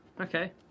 okay